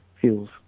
fuels